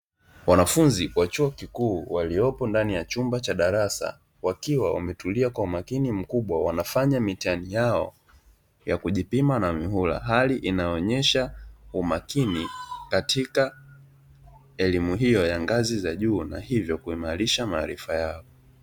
Wanafunzi wa chuo kikuu waliopo ndani ya chumba cha darasa, wakiwa wametulia kwa umakini mkubwa wanafanya mitihani yao ya kujipima na mihula, hali inayoonyesha umakini katika elimu hiyo ya ngazi za juu, na hivyo kuimarisha maarifa yao.